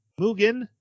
Mugen